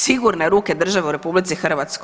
Sigurne ruke države u RH?